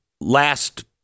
last